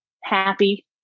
happy